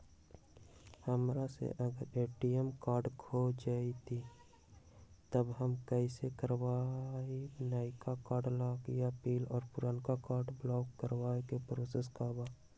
हमरा से अगर ए.टी.एम कार्ड खो जतई तब हम कईसे करवाई नया कार्ड लागी अपील और पुराना कार्ड ब्लॉक करावे के प्रोसेस का बा?